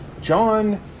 John